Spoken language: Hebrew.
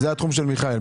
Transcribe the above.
זה התחום של מיכאל.